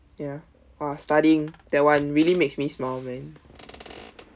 ya !wah! studying that one really makes me smile man